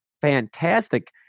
fantastic